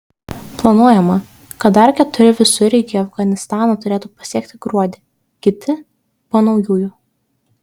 planuojama kad dar keturi visureigiai afganistaną turėtų pasiekti gruodį kiti po naujųjų